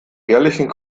ehrlichen